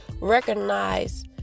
recognize